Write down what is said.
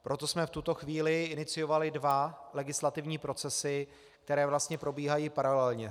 Proto jsme v tuto chvíli iniciovali dva legislativní procesy, které vlastně probíhají paralelně.